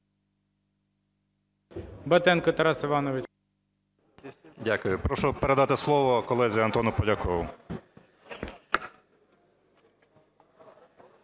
Дякую. Прошу передати слово колезі Антону Полякову.